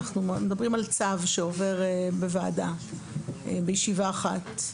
אנחנו מדברים על צו שעובר בוועדה בישיבה אחת.